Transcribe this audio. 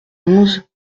onze